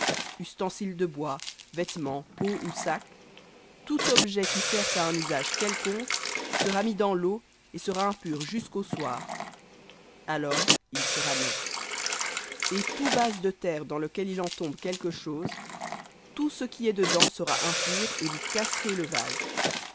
ustensile de bois vêtement peau ou sac tout objet qui sert à un usage quelconque sera mis dans l'eau et sera impur jusqu'au soir alors il sera net et tout vase de terre dans lequel il en tombe quelque chose tout ce qui est dedans sera impur et vous casserez le